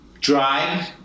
Drive